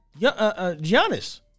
Giannis